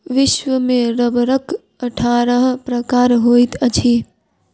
विश्व में रबड़क अट्ठारह प्रकार होइत अछि